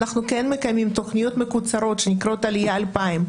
אנחנו כן מקיימים תכניות מקוצרות שנקראות 'עלייה 2000',